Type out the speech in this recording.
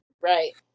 Right